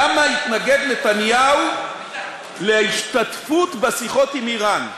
למה התנגד נתניהו להשתתפות בשיחות עם איראן?